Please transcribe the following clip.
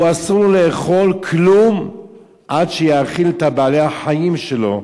אסור לו לאכול כלום עד שיאכיל את בעלי-החיים שלו,